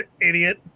idiot